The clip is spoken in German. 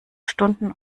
stunden